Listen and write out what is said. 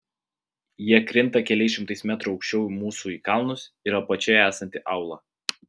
jie krinta keliais šimtais metrų aukščiau mūsų į kalnus ir į apačioje esantį aūlą